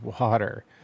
water